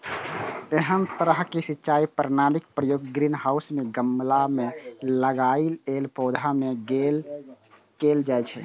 एहन तरहक सिंचाई प्रणालीक प्रयोग ग्रीनहाउस मे गमला मे लगाएल पौधा मे कैल जाइ छै